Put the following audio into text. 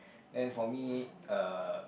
then for me uh